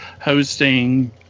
hosting